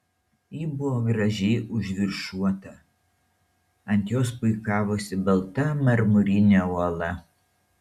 ji buvo gražiai užviršuota ant jos puikavosi balta marmurinė uola